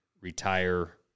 retire